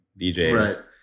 DJs